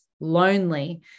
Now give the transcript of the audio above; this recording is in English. lonely